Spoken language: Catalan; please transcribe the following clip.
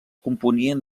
componien